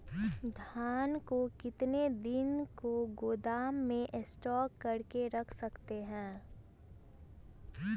धान को कितने दिन को गोदाम में स्टॉक करके रख सकते हैँ?